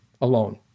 alone